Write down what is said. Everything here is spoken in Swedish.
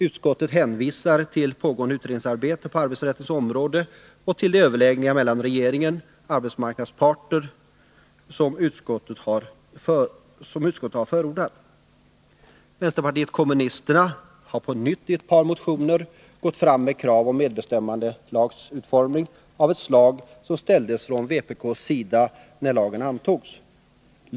Utskottet hänvisar till det pågående utredningsarbetet på arbetsrättens område och till de överläggningar mellan regeringen och arbetsmarknadens parter som utskottet har förordat. Vänsterpartiet kommunisterna har på nytt i ett par motioner gått fram med krav på en utformning av medbestämmandelagen av ett slag som ställdes från vpk:s sida när lagen antogs.